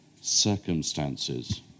circumstances